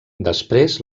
després